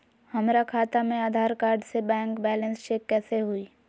हमरा खाता में आधार कार्ड से बैंक बैलेंस चेक कैसे हुई?